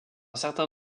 certain